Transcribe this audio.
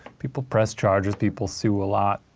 people press charges, people sue a lot.